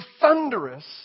thunderous